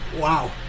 Wow